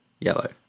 Yellow